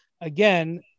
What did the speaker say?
again